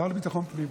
השר לביטחון פנים,